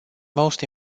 most